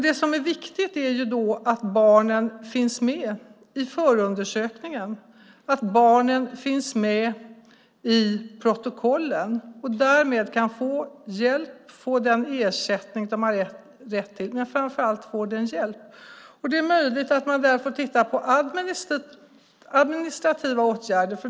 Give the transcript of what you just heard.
Det viktiga är att barnen finns med i förundersökningen, att barnen finns med i protokollen och därmed kan få hjälp och får den ersättning de har rätt till, men framför allt får hjälp. Det är möjligt att man kan titta på administrativa åtgärder.